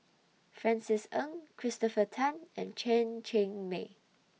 Francis Ng Christopher Tan and Chen Cheng Mei